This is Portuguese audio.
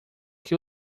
que